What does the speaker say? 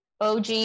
OG